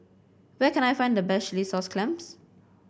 where can I find the best Chilli Sauce Clams